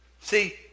See